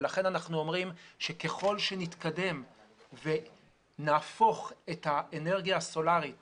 לכן אנחנו אומרים שככל שנתקדם ונהפוך את האנרגיה הסולרית